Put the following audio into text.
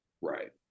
Right